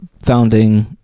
founding